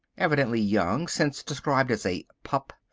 evidently young since described as a pup,